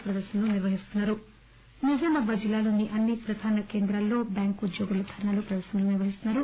ఉమ్మడి నిజామాబాద్ జిల్లాలోని అన్ని ప్రధాన కేంద్రాల్లో బ్యాంక్ ఉద్యోగలు ధర్నాలు ప్రదర్శనలు నిర్వహిస్తున్నారు